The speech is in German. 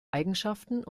eigenschaften